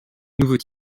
nouveaux